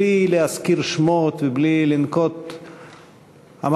בלי להזכיר שמות ובלי לנקוט עמדות,